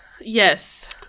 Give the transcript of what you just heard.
Yes